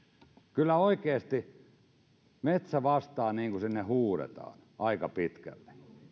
kyllä oikeasti aika pitkälle metsä vastaa niin kuin sinne huudetaan